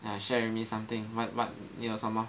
ya share with me something what what 你有什么